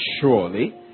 Surely